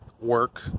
work